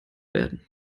werden